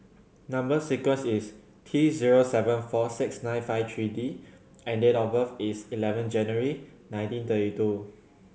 number sequence is T zero seven four six nine five three D and date of birth is eleven January nineteen thirty two